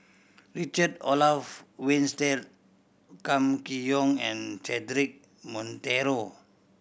Richard Olaf Winstedt Kam Kee Yong and Cedric Monteiro